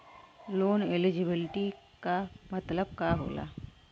Loan eligibility का मतलब का होला?